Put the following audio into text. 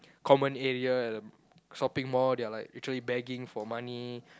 common area and shopping mall they are like literally begging for money